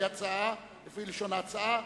לפי לשון ההצעה.